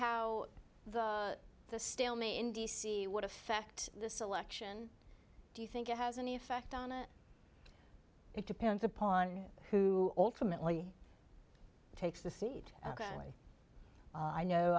how the stalemate in d c would affect this election do you think it has any effect on it it depends upon who ultimately takes the seat away i know